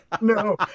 no